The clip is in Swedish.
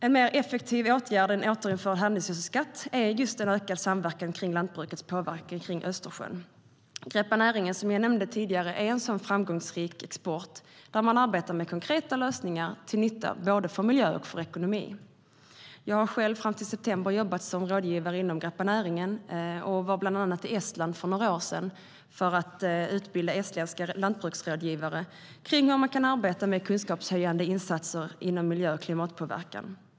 En mer effektiv åtgärd än återinförd handelsgödselskatt är just en ökad samverkan om lantbrukets påverkan kring Östersjön. Greppa näringen, som jag nämnde tidigare, är en sådan framgångsrik export där man arbetar med konkreta lösningar till nytta för både miljö och ekonomi. Jag jobbade själv fram till september som rådgivare inom Greppa näringen. Jag var bland annat i Estland för något år sedan för att utbilda estländska lantbruksrådgivare i hur man kan arbeta med kunskapshöjande insatser inom miljö och klimatpåverkan.